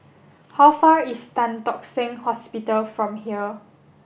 how far is Tan Tock Seng Hospital from here